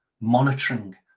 monitoring